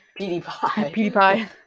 PewDiePie